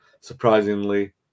surprisingly